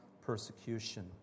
persecution